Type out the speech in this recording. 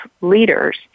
leaders